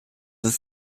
wird